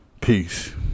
Peace